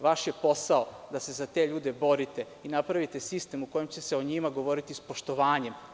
Vaš je posao je da se za te ljude borite i napravite sistem u kome će se o njima govoriti sa poštovanjem.